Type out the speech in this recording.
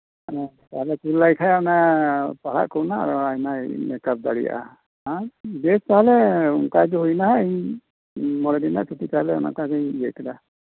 ᱛᱟᱦᱞᱮ ᱠᱩᱞ ᱠᱟᱭ ᱠᱷᱟᱡ ᱯᱟᱲᱦᱟᱜ ᱠᱚ ᱨᱮᱱᱟᱜ ᱢᱮᱠᱟᱯ ᱫᱟᱲᱮᱭᱟᱜᱼᱟ ᱵᱮᱥ ᱛᱟᱦᱞᱮ ᱚᱱᱠᱟᱜᱮ ᱦᱩᱭᱮᱱᱟ ᱤᱧ ᱢᱚᱬᱮ ᱫᱤᱱ ᱨᱮᱭᱟᱜ ᱪᱷᱩᱴᱤ ᱛᱟᱦᱚᱞᱮ ᱚᱱᱠᱟ ᱜᱤᱧ ᱤᱭᱟᱹ ᱠᱮᱫᱟ